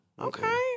Okay